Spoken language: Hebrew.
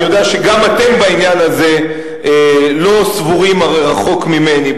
אני יודע שבעניין הזה גם אתם לא סבורים רחוק ממני,